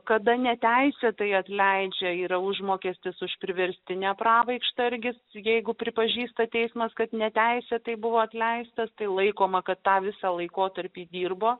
kada neteisėtai atleidžia yra užmokestis už priverstinę pravaikštą irgi jeigu pripažįsta teismas kad neteisėtai buvo atleistas tai laikoma kad tą visą laikotarpį dirbo